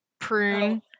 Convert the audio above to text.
prune